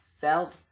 felt